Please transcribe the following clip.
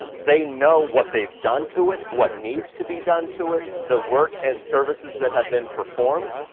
they know what they've done to it, what needs to be done to it. the work and services that have been performed.